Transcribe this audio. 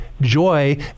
Joy